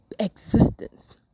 existence